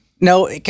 No